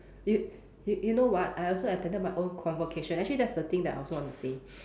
you you you know what I also attended my own convocation actually that's the thing that I also want to say